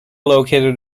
located